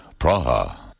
Praha